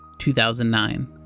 2009